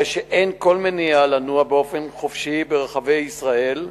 הרי שאין כל מניעה לנוע באופן חופשי ברחבי ישראל,